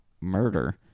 murder